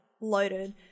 loaded